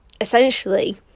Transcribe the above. essentially